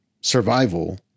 survival